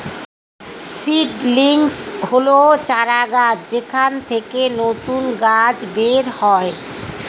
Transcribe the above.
seedlings হল চারাগাছ যেখান থেকে নতুন গাছ বের হয়